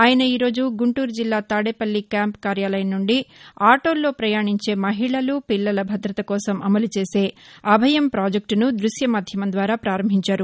ఆయన ఈరోజు గుంటూరు జిల్లా తాడేపల్లి క్యాంపు కార్యాలయం నుండి ఆటోల్లో ప్రయాణించే మహిళలు పిల్లల భద్రత కోసం అమలు చేసే అభయం ప్రాజెక్టును ద్భశ్య మాధ్యమం ద్వారా ప్రారంభించారు